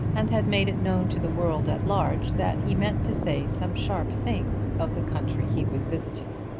and had made it known to the world at large that he meant to say some sharp things of the country he was visiting.